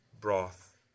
broth